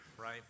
right